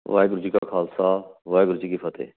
ਵਾਹਿਗੁਰੂ ਜੀ ਕਾ ਖਾਲਸਾ ਵਾਹਿਗੁਰੂ ਜੀ ਕੀ ਫਤਿਹ